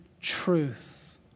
truth